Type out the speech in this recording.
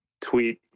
tweet